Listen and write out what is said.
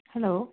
hello